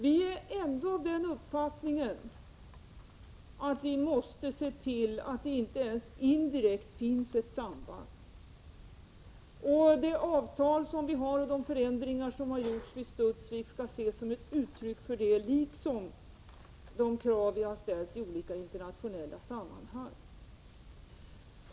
Vi är ändå av den uppfattningen att vi måste se till att det inte ens indirekt finns ett samband. Det avtal som vi har och de förändringar som har gjorts vid Studsvik skall ses som ett uttryck för det, liksom de krav vi har ställt i olika internationella sammanhang.